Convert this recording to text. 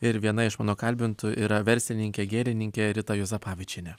ir viena iš mano kalbintų yra verslininkė gėlininkė rita juozapavičienė